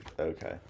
Okay